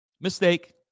Mistake